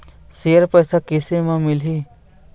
Share पैसा कैसे म मिलही?